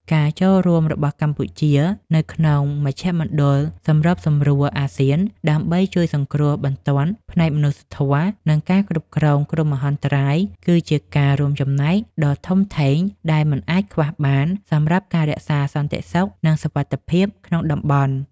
ការចូលរួមរបស់កម្ពុជានៅក្នុងមជ្ឈមណ្ឌលសម្របសម្រួលអាស៊ាន ដើម្បីជួយសង្គ្រោះបន្ទាន់ផ្នែកមនុស្សធម៌ និងការគ្រប់គ្រងគ្រោះមហន្តរាយ គឺជាការរួមចំណែកដ៏ធំធេងដែលមិនអាចខ្វះបាន សម្រាប់ការរក្សាសន្តិសុខ និងសុវត្ថិភាពក្នុងតំបន់។